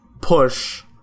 push